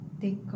take